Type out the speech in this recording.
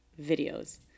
videos